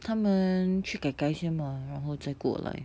他们去 kai kai 先吗然后再过来